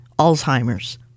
Alzheimer's